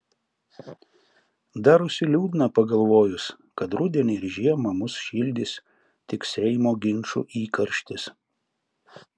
darosi liūdna pagalvojus kad rudenį ir žiemą mus šildys tik seimo ginčų įkarštis